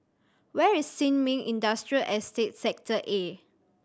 where is Sin Ming Industrial Estate Sector A